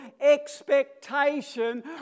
expectation